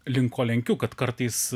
link ko lenkiu kad kartais